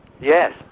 Yes